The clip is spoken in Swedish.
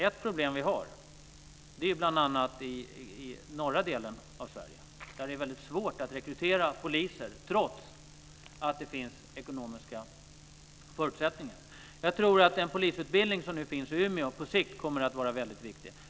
Ett problem vi har gäller norra delen av Sverige, där det är väldigt svårt att rekrytera poliser trots att det finns ekonomiska förutsättningar. Jag tror att den polisutbildning som nu finns i Umeå på sikt kommer att vara väldigt viktig.